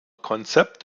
konzept